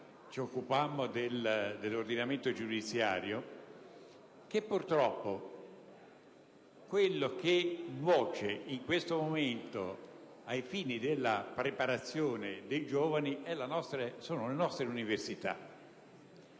ci occupammo dell'ordinamento giudiziario. Purtroppo, ciò che nuoce in questo momento ai fini della preparazione dei giovani sono le nostre università,